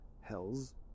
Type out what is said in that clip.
Hell's